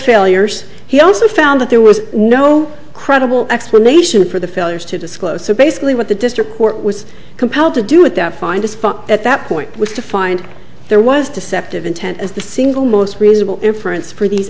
failures he also found that there was no credible explanation for the failures to disclose so basically what the district court was compelled to do at that find a spot at that point was to find there was deceptive intent as the single most reasonable inference for these